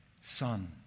son